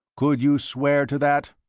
could you swear to that?